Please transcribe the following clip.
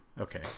Okay